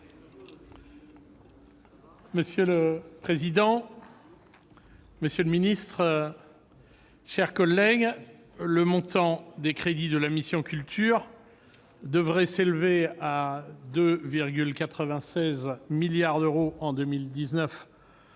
Monsieur le président, monsieur le ministre, mes chers collègues, en 2020, le montant des crédits de la mission « Culture » devraient s'élever à 2,96 milliards d'euros en